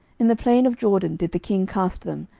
in the plain of jordan did the king cast them,